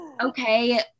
okay